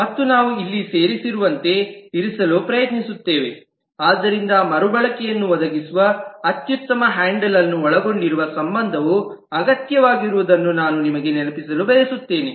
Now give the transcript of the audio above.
ಮತ್ತು ನಾವು ಇಲ್ಲಿ ಸೇರಿಸಿರುವಂತೆ ಇರಿಸಲು ಪ್ರಯತ್ನಿಸುತ್ತೇವೆ ಆದ್ದರಿಂದ ಮರು ಬಳಕೆಯನ್ನು ಒದಗಿಸುವ ಅತ್ಯುತ್ತಮ ಹ್ಯಾಂಡಲ್ ಅನ್ನು ಒಳಗೊಂಡಿರುವ ಸಂಬಂಧವು ಅಗತ್ಯವಾಗಿರುವುದನ್ನು ನಾನು ನಿಮಗೆ ನೆನಪಿಸಲು ಬಯಸುತ್ತೇನೆ